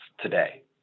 today